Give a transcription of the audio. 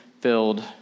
filled